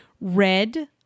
Red